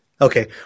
Okay